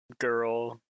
Girl